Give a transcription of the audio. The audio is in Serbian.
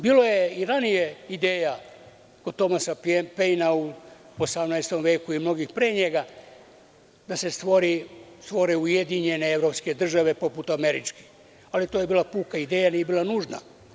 Bilo je i ranije ideja od Tomasa Pejna u 18. veku i mnogih pre njega da se stvore ujedinjene evropske države poput američkih, ali to je bila puka ideja, nije bila nužna.